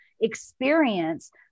experience